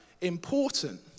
important